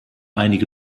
einige